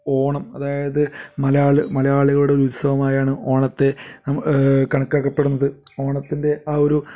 ഓണം അതായത് മലയാളി മലയാളികളുടെ ഒരു ഉത്സവമായാണ് ഓണത്തെ നമ്മൾ കണക്കാക്കപ്പെടുന്നത് ഓണത്തിൻ്റെ ആ ഒരു